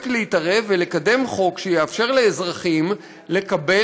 להתערב ולקדם חוק שיאפשר לאזרחים לקבל,